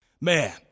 man